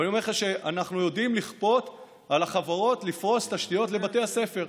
אני אומר לך שאנחנו יודעים לכפות על החברות לפרוס תשתיות לבתי הספר.